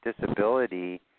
disability